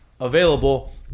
available